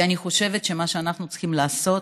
כי אני חושבת שמה שאנחנו צריכים לעשות